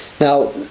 Now